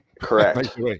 correct